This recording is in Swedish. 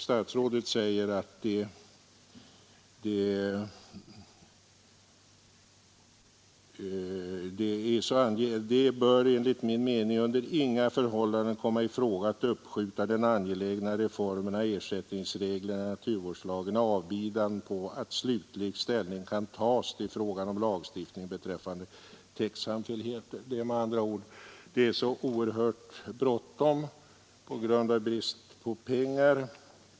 Statsrådet säger i propositionen: ”Det bör enligt min mening under inga förhållanden komma i fråga att uppskjuta den angelägna reformen av ersättningsreglerna i NVL i avbidan på att slutlig ställning kan tas till frågan om lagstiftning beträffande täktsamfälligheter.” Det är alltså oerhört bråttom på grund av brist på pengar.